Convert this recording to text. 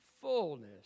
fullness